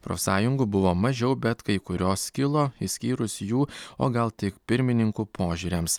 profsąjungų buvo mažiau bet kai kurios skilo išskyrus jų o gal tik pirmininkų požiūriams